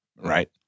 right